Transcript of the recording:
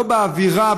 לא באווירה,